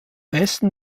westen